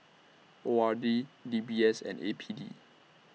O R D D B S and A P D